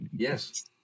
Yes